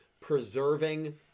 preserving